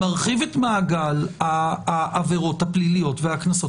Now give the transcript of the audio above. מרחיב את מעגל העבירות הפליליות והקנסות